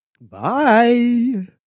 Bye